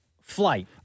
flight